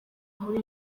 muri